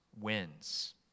wins